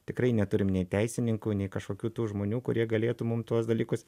tikrai neturim nei teisininkų nei kažkokių tų žmonių kurie galėtų mum tuos dalykus